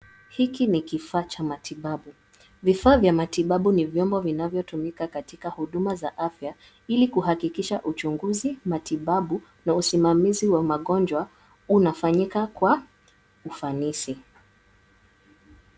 Hiki ni kifaa cha matibabu. Vifaa vya matibabu ni vyombo vinavyotumika katika huduma za afya ili kuhakikisha uchunguzi, matibabu na usimamizi wa magonjwa unafanyika kwa ufanisi.